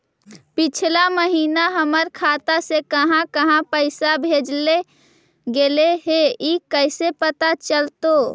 पिछला महिना हमर खाता से काहां काहां पैसा भेजल गेले हे इ कैसे पता चलतै?